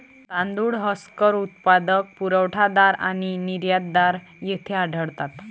तांदूळ हस्कर उत्पादक, पुरवठादार आणि निर्यातदार येथे आढळतात